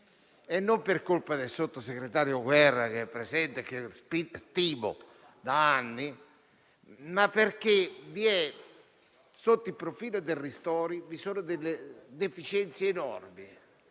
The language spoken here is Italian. non per colpa del sottosegretario Guerra qui presente, che stimo da anni, ma perché, sotto il profilo dei ristori, vi sono deficienze enormi.